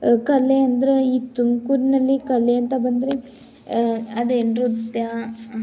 ಕಲೆ ಅಂದರೆ ಈ ತುಮ್ಕೂರಿನಲ್ಲಿ ಕಲೆ ಅಂತ ಬಂದರೆ ಅ ಅದೇ ನೃತ್ಯ